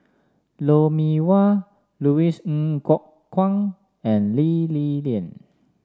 Lou Mee Wah Louis Ng Kok Kwang and Lee Li Lian